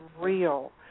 real